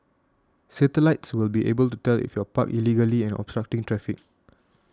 satellites will be able to tell if you're parked illegally and obstructing traffic